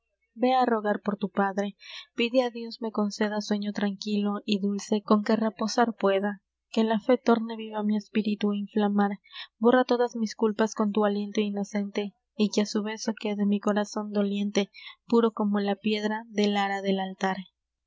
vé á rogar por tu padre pide á dios me conceda sueño tranquilo y dulce con que reposar pueda que la fé torne viva mi espíritu á inflamar borra todas mis culpas con tu aliento inocente y que á su beso quede mi corazon doliente puro como la piedra del ara del altar